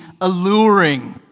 alluring